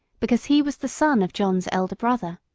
because he was the son of john's elder brother.